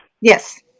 Yes